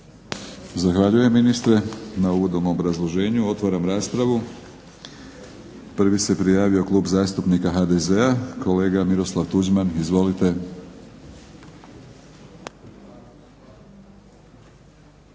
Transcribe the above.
Zahvaljujem ministre na uvodnom obrazloženju. Otvaram raspravu. Prvi se prijavio Klub zastupnika HDZ-a, kolega Miroslav Tuđman. Izvolite.